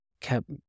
kept